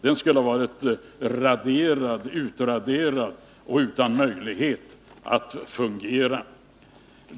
Den skulle ha varit utraderad och utan möjlighet att fungera.